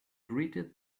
greeted